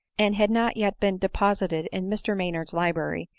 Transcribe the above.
and had not yet been deposited in mr maynard's library,